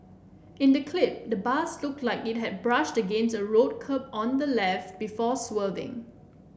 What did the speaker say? in the clip the bus looked like it had brushed against a road curb on the left before swerving